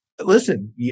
listen